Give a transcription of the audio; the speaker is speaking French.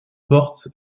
porte